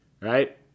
right